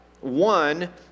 one